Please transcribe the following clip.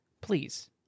please